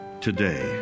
today